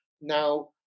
Now